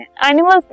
animals